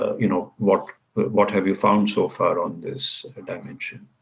ah you know what what have you found so far on this damage?